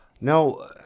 No